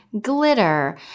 glitter